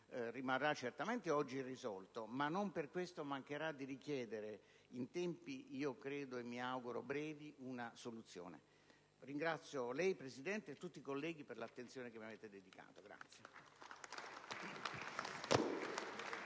rimarrà certamente oggi irrisolto, ma non per questo mancherà di richiedere, in tempi io credo e mi auguro brevi, una soluzione. Ringrazio lei, signor Presidente, e tutti i colleghi per l'attenzione che mi avete dedicato.